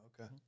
Okay